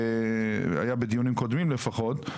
היה בדיונים קודמים לפחות.